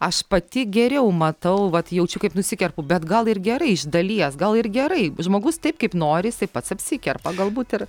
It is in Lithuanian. aš pati geriau matau vat jaučiu kaip nusikerpu bet gal ir gerai iš dalies gal ir gerai žmogus taip kaip norisi pats apsikerpa galbūt ir